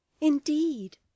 Indeed